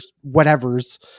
whatever's